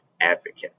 advocate